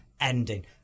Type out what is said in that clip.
ending